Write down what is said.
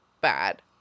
bad